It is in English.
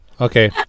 okay